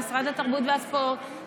עם משרד התרבות והספורט,